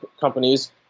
companies